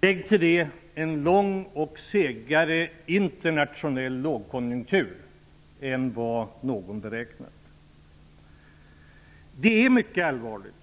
Lägg till det en längre och segare internationell lågkonjunktur än vad någon räknat med! Det är mycket allvarligt